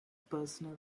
personal